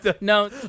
no